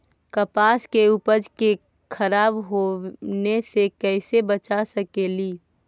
कपास के उपज के खराब होने से कैसे बचा सकेली?